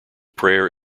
prayer